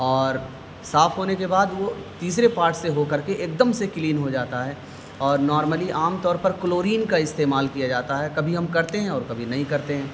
اور صاف ہونے کے بعد وہ تیسرے پارٹ سے ہو کر کے ایک دم سے کلین ہو جاتا ہے اور نارملی عام طور پر کلورن کا استعمال کیا جاتا ہے کبھی ہم کرتے ہیں اور کبھی نہیں کرتے ہیں